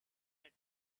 red